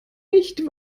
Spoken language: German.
nicht